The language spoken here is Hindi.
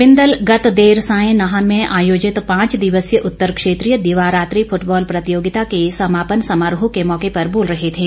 बिंदल गत देर सायं नाहन में आयोजित पांच दिवसीय उत्तर क्षेत्रीय दिवा रात्रि फूटबाल प्रतियोगिता के समापन समारोह के मौके पर बोल रहे थे